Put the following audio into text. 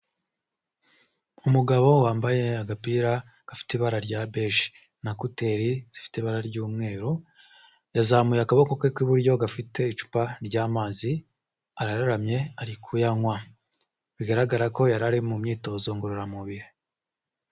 Umugabo wambaye agapira gafite ibara rya beje na couter zifite ibara ry'umweru, yazamuye akaboko ke k'iburyo gafite icupa ry'amazi, araramye ari kuyanywa. Bigaragara ko yari ari mu myitozo ngororamubiri.